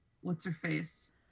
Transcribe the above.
what's-her-face